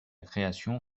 création